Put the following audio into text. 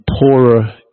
poorer